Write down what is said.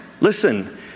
Listen